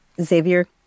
Xavier